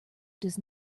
does